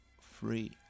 free